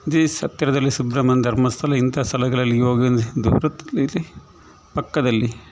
ಇದೆ ಹತ್ತಿರದಲ್ಲಿ ಸುಬ್ರಮನ್ ಧರ್ಮಸ್ಥಳ ಇಂಥ ಸ್ಥಳಗಳಲ್ಲಿ ಹೋಗಲು ದೂರದ ಇಲ್ಲಿ ಪಕ್ಕದಲ್ಲಿ